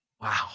Wow